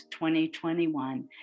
2021